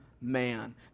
man